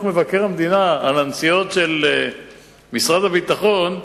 מבקר המדינה על הנסיעות של משרד הביטחון.